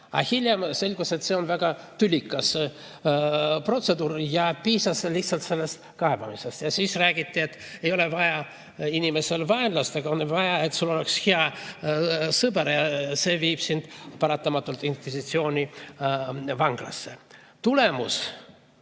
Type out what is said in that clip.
Aga hiljem selgus, et see on väga tülikas protseduur, ja siis piisas lihtsalt kaebamisest. Siis räägiti, et ei ole vaja inimesel vaenlast, aga on vaja, et sul oleks hea sõber ja see viib sind paratamatult inkvisitsiooni vanglasse. Tulemus